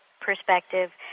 perspective